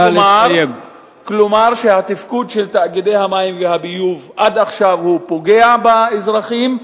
כלומר התפקוד של תאגידי המים והביוב עד עכשיו פוגע באזרחים,